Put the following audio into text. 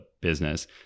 business